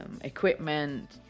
equipment